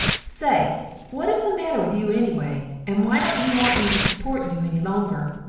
say what is the matter with you ennyway and why don't you want me to support you enny longer?